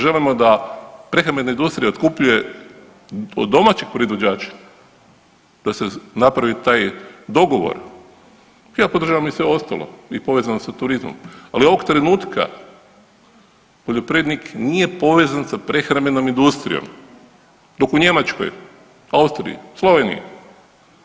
Želimo da prehrambena industrija otkupljuje od domaćeg proizvođača, da se napravi taj dogovor, ja podržavam i sve ostalo, i povezanost sa turizmom, ali ovog trenutka poljoprivrednik nije poveznica prehrambenom industrijom, dok u Njemačkoj, Austriji, Sloveniji,